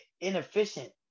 inefficient